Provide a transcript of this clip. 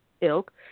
ilk